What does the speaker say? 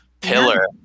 pillar